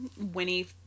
Winnie